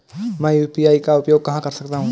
मैं यू.पी.आई का उपयोग कहां कर सकता हूं?